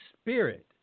spirit